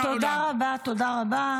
תודה רבה.